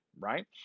right